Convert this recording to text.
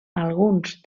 alguns